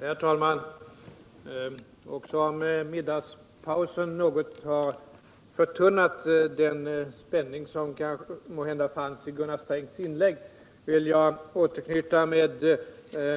Herr talman! Även om middagspausen något förtunnat den spänning som måhända fanns i Gunnar Strängs inlägg vill jag återknyta med